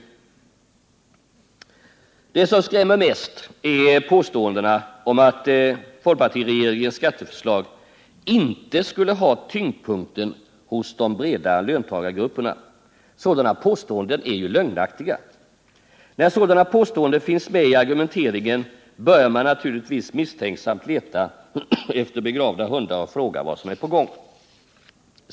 Det som skrämmer mest är påståendena om att folkpartiregeringens skatteförslag inte skulle ha tyngdpunkten hos de breda löntagargrupperna. Sådana påståenden är lögnaktiga. När påståendena finns med i argumenteringen, börjar man naturligtvis misstänksamt leta efter begravda hundar och frågar vad som är på gång.